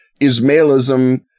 Ismailism